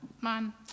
man